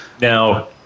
now